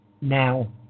now